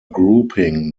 grouping